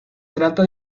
trata